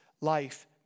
life